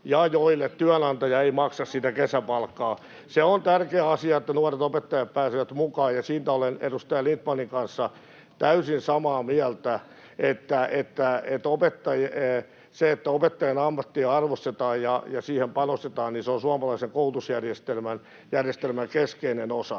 ja joille työnantaja ei maksa sitä kesäpalkkaa. Se on tärkeä asia, että nuoret opettajat pääsevät mukaan, ja siitä olen edustaja Lindtmanin kanssa täysin samaa mieltä, että se, että opettajien ammattia arvostetaan ja siihen panostetaan, on suomalaisen koulutusjärjestelmän keskeinen osa.